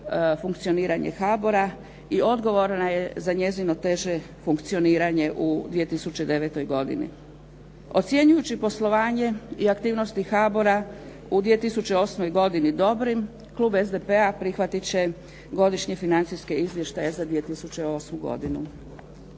funkcioniranje HABOR-a i odgovorna je za njezino teže funkcioniranje u 2009. godini. Ocjenjujući poslovanje i aktivnosti HABOR-a u 2008. godini dobrim Klub SDP-a, prihvatiti će godišnje financijske izvještaje za 2008. godinu.